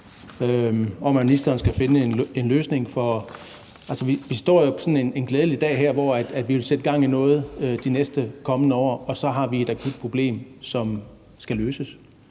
om, at ministeren skal finde en løsning. Altså, vi står jo på sådan en glædelig dag her, hvor vi vil sætte gang i noget de næste, kommende år, og så har vi et akut problem, som skal løses.